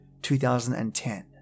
2010